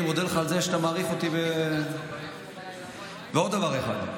אני מודה לך על זה שאתה מעריך אותי בעוד דבר אחד,